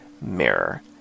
Mirror